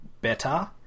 better